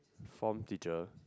form teacher